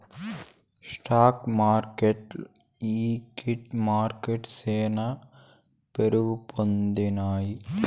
stock మార్కెట్లు equity మార్కెట్లు శానా పేరుపొందినాయి